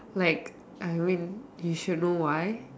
like I mean you should know why